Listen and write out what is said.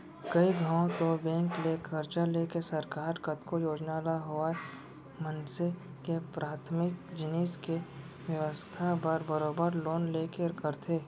कइ घौं तो बेंक ले करजा लेके सरकार कतको योजना ल होवय मनसे के पराथमिक जिनिस के बेवस्था बर बरोबर लोन लेके करथे